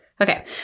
Okay